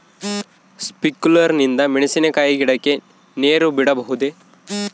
Sprinkler ನಿಂದ ಮೆಣಸಿನಕಾಯಿ ಗಿಡಕ್ಕೆ ನೇರು ಬಿಡಬಹುದೆ?